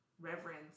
reverence